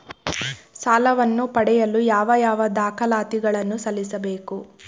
ಸಾಲವನ್ನು ಪಡೆಯಲು ಯಾವ ಯಾವ ದಾಖಲಾತಿ ಗಳನ್ನು ಸಲ್ಲಿಸಬೇಕು?